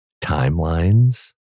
timelines